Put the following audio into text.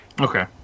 Okay